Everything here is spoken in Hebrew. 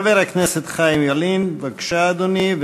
חבר הכנסת חיים ילין, בבקשה, אדוני.